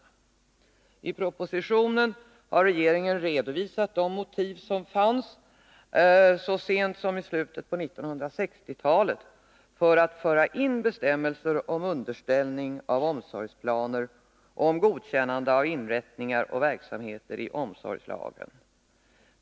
I Nr 41 propositionen har regeringen redovisat de motiv som fanns så sent som i slutet av 1960-talet för att föra in bestämmelser om underställning av omsorgsplaner, om godkännande av inrättningar och verksamheter, i omsorgslagen.